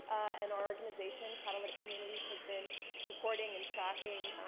and our organization, catalytic communities, has been supporting and tracking.